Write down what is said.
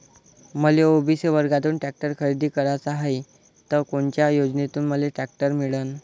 मले ओ.बी.सी वर्गातून टॅक्टर खरेदी कराचा हाये त कोनच्या योजनेतून मले टॅक्टर मिळन?